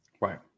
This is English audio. Right